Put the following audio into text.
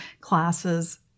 classes